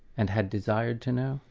and had desired to know?